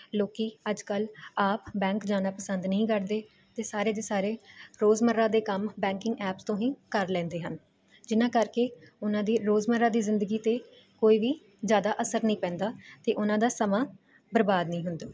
ਲੋਕੀ ਅੱਜ ਕੱਲ੍ਹ ਆਪ ਬੈਂਕ ਜਾਣਾ ਪਸੰਦ ਨਹੀਂ ਕਰਦੇ ਅਤੇ ਸਾਰੇ ਦੇ ਸਾਰੇ ਰੋਜ਼ ਮੱਰਾ ਦੇ ਕੰਮ ਬੈਂਕਿੰਗ ਐਪਸ ਤੋਂ ਹੀ ਕਰ ਲੈਂਦੇ ਹਨ ਜਿਨ੍ਹਾਂ ਕਰਕੇ ਉਹਨਾਂ ਦੀ ਰੋਜ਼ ਮੱਰਾ ਦੀ ਜ਼ਿੰਦਗੀ 'ਤੇ ਕੋਈ ਵੀ ਜ਼ਿਆਦਾ ਅਸਰ ਨਹੀਂ ਪੈਂਦਾ ਅਤੇ ਉਹਨਾਂ ਦਾ ਸਮਾਂ ਬਰਬਾਦ ਨਹੀਂ ਹੁੰਦਾ